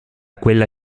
quella